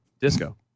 disco